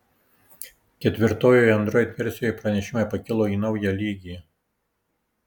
ketvirtojoje android versijoje pranešimai pakilo į naują lygį